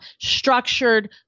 structured